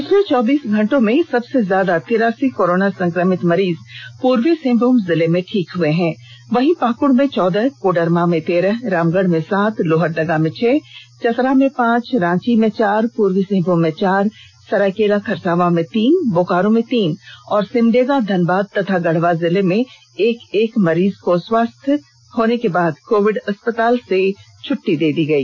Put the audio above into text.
पिछले चौबीस घंटे में सबसे ज्यादा तिरासी कोरोना संक्रमित मरीज पूर्वी सिंहभूम जिले में ठीक हए हैं वहीं पाकड में चौदह कोडरमा में तेरह रामगढ से सात लोहरदगा में छह चतरा में पांच रांची में चार पूर्वी ॅसिंहभूम में चार सरायकेला खरसांवा में तीन बोकारो में तीन और सिमडेगा धनबाद तथा गढ़वा जिले में एक एक मरीज को स्वस्थ होने के बाद कोविड अस्पताल से छट्टी दे दी गई